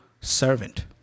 servant